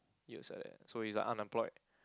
years like that so he's an unemployed